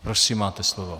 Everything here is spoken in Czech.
Prosím, máte slovo.